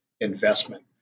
investment